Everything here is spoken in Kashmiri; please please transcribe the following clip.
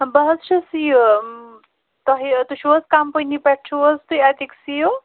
بہٕ حظ چھَس یہِ تۄہہِ تُہۍ چھُو حظ کَمپٔنی پٮ۪ٹھ چھُو حظ تُہۍ اَتِکۍ سِی او